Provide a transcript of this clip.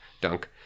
Dunk